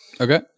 Okay